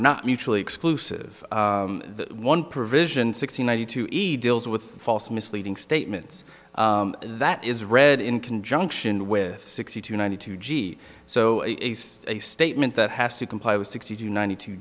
not mutually exclusive the one provision sixty ninety two e deals with false misleading statements that is read in conjunction with sixty to ninety two g so a statement that has to comply with sixty to ninety two